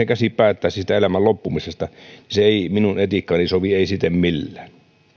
käsi päättäisi siitä elämän loppumisesta ei minun etiikkaani sovi ei sitten millään